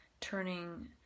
turning